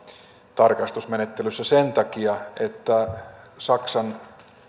tarkastusmenettelyssä sen takia että saksan